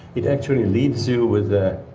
it actually leaves you with a